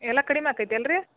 ಎಲ್ಲ ಕಡಿಮೆ ಆಕೈತಿ ಅಲ್ಲ ರೀ